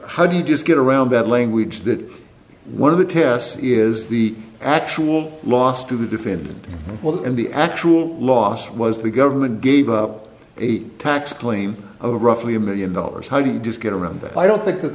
how do you just get around that language that one of the tests is the actual loss to the defendant well and the actual loss was the government gave up eight tax claim of roughly a million dollars how do you just get around that i don't think that